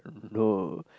no